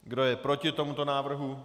Kdo je proti tomuto návrhu?